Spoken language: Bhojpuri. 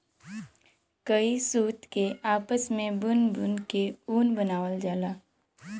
कई सूत के आपस मे बुन बुन के ऊन बनावल जाला